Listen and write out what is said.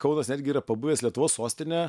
kauno netgi yra pabuvęs lietuvos sostine